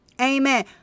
Amen